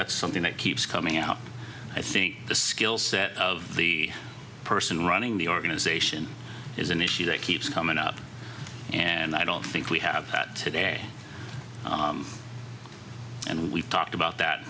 that's something that keeps coming out i think the skill set of the person running the organization is an issue that keeps coming up and i don't think we have that today and we've talked about that in